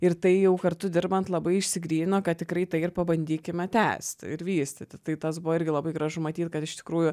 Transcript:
ir tai jau kartu dirbant labai išsigrynino kad tikrai tai ir pabandykime tęsti ir vystyti tai tas buvo irgi labai gražu matyt kad iš tikrųjų